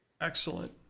Excellent